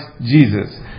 Jesus